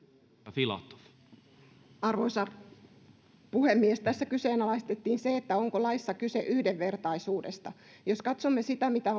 arvoisa puhemies tässä kyseenalaistettiin se onko laissa kyse yhdenvertaisuudesta jos katsomme sitä mitä